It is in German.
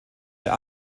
der